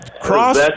cross